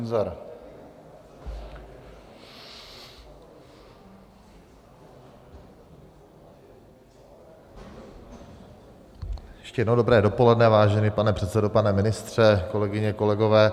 Ještě jednou dobré dopoledne, vážený pane předsedo, pane ministře, kolegyně, kolegové.